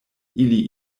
ili